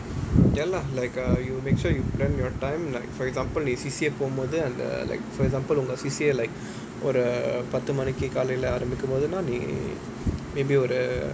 ya lah like ah you make sure you plan your time like for example நீ:nee C_C_A போம்போது:pompothu and the like for example your C_C_A like ஒரு பத்து மணிக்கு காலைல ஆரம்பிக்கும் போதுனா நீ:oru patthu manikku kaalaila aarambikum pothunaa nea maybe